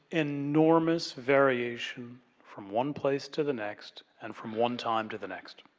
enormous variation from one place to the next and from one time to the next.